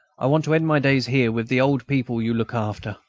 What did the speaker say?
i want to end my days here with the old people you look after.